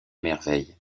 merveilles